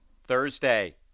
Thursday